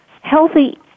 healthy